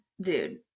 dude